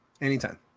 Anytime